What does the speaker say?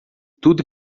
tudo